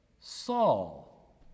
Saul